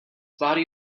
body